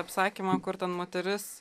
apsakymą kur ten moteris